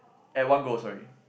at one go sorry